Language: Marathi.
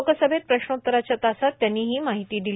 लोकसभेत प्रश्नोत्तराच्या तासात त्यांनी ही माहिती दिली